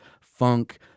funk